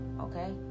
okay